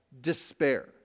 despair